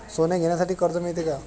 सोने घेण्यासाठी कर्ज मिळते का?